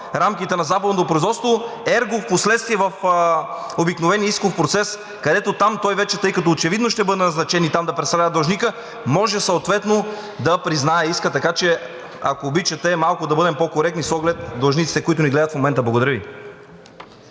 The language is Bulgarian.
рамките на заповедното производство, ерго впоследствие в обикновения исков процес, където там той вече, тъй като очевидно ще бъде назначен и там да представлява длъжника, може съответно да признае иска. Така че, ако обичате, да бъдем малко по-коректни с оглед длъжниците, които ни гледат в момента. Благодаря Ви.